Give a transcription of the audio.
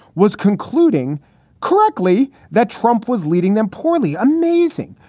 was concluding correctly that trump was leading them poorly. amazing.